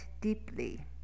deeply